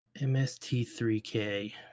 MST3K